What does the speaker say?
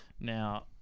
Now